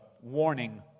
warning